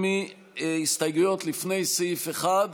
היה ניתן לעשות זאת אחרת.